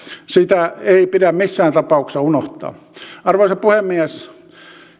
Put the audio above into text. sitä ei pidä missään tapauksessa unohtaa arvoisa puhemies